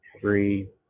three